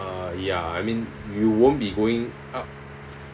uh ya I mean you won't be going out